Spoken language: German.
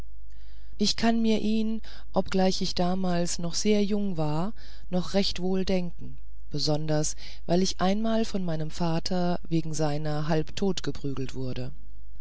ich kann mir ihn ob ich gleich damals noch sehr jung war noch recht wohl denken besonders weil ich einmal von meinem vater wegen seiner halb totgeprügelt wurde